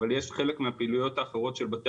אבל יש חלק מהפעילויות האחרות של בתי